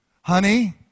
Honey